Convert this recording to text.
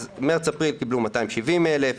מרץ-אפריל קיבלו 270,000,